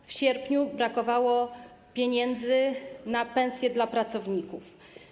W sierpniu brakowało pieniędzy na pensje dla pracowników.